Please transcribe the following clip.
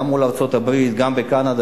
גם מול ארצות-הברית וגם בקנדה.